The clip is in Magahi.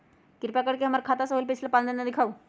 कृपा कर के हमर खाता से होयल पिछला पांच लेनदेन दिखाउ